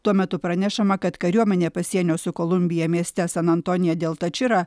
tuo metu pranešama kad kariuomenė pasienio su kolumbija mieste san antonija dell tačira